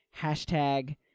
hashtag